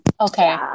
Okay